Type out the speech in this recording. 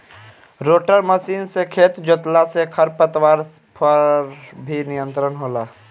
rotor machine से खेत जोतला से खर पतवार पर भी नियंत्रण होला